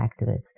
Activists